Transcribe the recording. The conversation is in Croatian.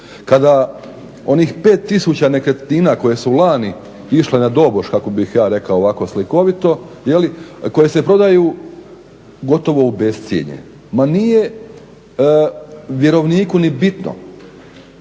Kada onih 5 tisuća nekretnina koje su lani išle na doboš kako bih ja rekao ovako slikovito, koje se prodaju gotovo u bescjenje. Pa nije vjerovniku ni bitno,